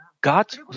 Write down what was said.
God